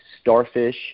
Starfish